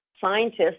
scientists